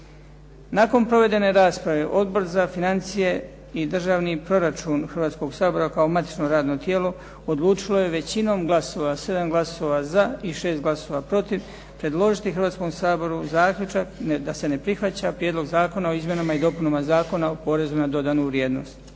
Nakon provedene rasprave Odbor za financije i državni proračun Hrvatskoga sabora kao matično radno tijelo odlučilo je većinom glasova, 7 glasova za i 6 glasova protiv, predložiti Hrvatskom saboru zaključak da se ne prihvaća Prijedlog zakona o izmjenama i dopunama Zakona o porezu na dodanu vrijednost.